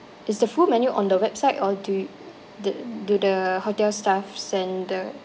it's the full menu on the website or do you th~ do the hotel staff send the